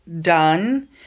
done